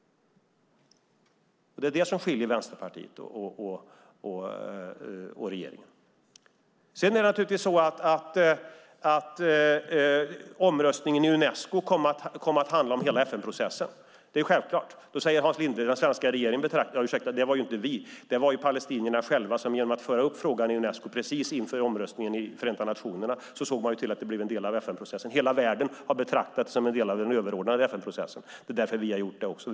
Det är det som skiljer Vänsterpartiet och regeringen åt. Omröstningen i Unesco kom att handla om hela FN-processen. Det var palestinierna själva som genom att föra upp frågan i Unesco precis inför omröstningen i Förenta nationerna såg till att den blev en del av FN-processen. Hela världen har betraktats som en del av den överordnade FN-processen. Det är därför regeringen har gjort det också.